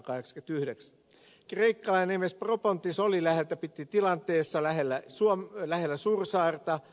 kreikkalainen t propontis oli läheltä piti tilanteessa lähellä suursaarta